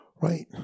right